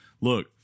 look